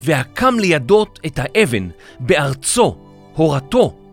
והקם לידות את האבן בארצו, הורתו.